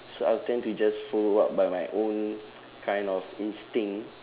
so I'll tend to just follow up by my own kind of instinct